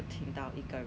还有很多